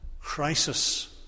crisis